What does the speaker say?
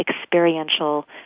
experiential